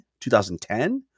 2010